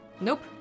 Nope